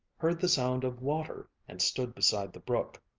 heard the sound of water, and stood beside the brook.